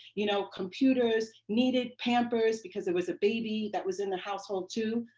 you know, computers, needed pamperers because there was a baby that was in the household, too.